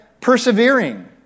persevering